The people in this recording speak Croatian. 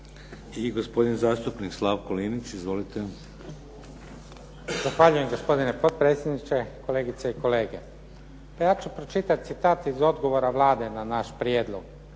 I gospodin zastupnik Slavko Linić. Izvolite. **Linić, Slavko (SDP)** Zahvaljujem. Gospodine potpredsjedniče, kolegice i kolege. Ja ću pročitati citat iz odgovora Vlade na naš prijedlog.